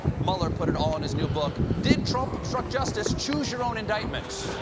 mueller put it all in his new book, did trump obstruct justice? choose your own indictment.